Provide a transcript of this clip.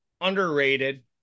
underrated